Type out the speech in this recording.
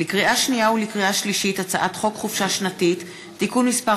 לקריאה שנייה ולקריאה שלישית: הצעת חוק חופשה שנתית (תיקון מס'